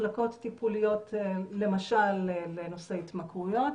יש מחלקות טיפוליות, למשל לנושא התמכרויות.